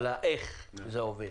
על איך זה עובד,